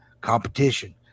competition